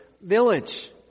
village